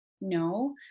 No